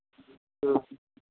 ह्म्म